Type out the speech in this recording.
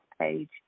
page